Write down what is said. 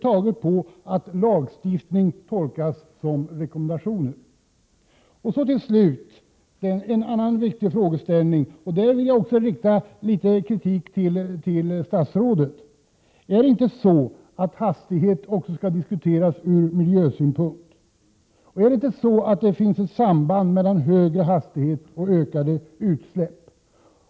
Till slut vill jag i samband med en annan viktig frågeställning rikta litet kritik mot statsrådet. Skall inte hastigheten också diskuteras ur miljösynpunkt? Finns det inte ett samband mellan högre hastighet och ökade utsläpp?